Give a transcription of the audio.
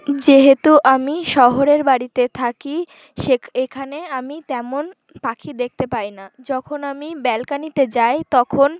যেহেতু আমি শহরের বাড়িতে থাকি সে এখানে আমি তেমন পাখি দেখতে পাই না যখন আমি ব্যালকানিতে যাই তখন